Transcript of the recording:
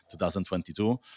2022